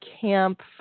Camp